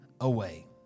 away